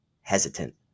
hesitant